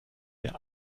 der